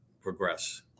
progress